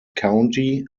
county